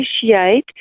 appreciate